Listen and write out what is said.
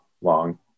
long